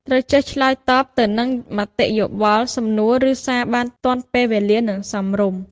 ត្រូវចេះឆ្លើយតបទៅនឹងមតិយោបល់ សំណួរ ឬសារបានទាន់ពេលវេលា និងសមរម្យ។